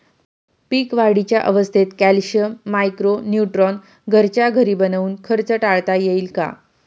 पीक वाढीच्या अवस्थेत calcium, micro neutron घरच्या घरी बनवून खर्च टाळता येईल का?